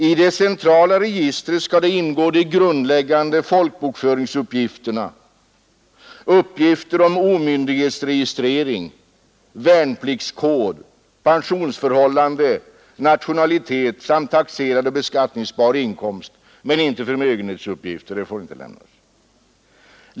I det centrala registret skall ingå de grundläggande folkbokföringsuppgifterna och uppgifter om omyndighetsregistrering, värnpliktskod, pensionsförhållande, nationalitet samt taxerad och beskattningsbar inkomst, men förmögenhetsuppgifter får inte lämnas.